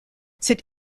cette